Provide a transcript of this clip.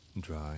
dry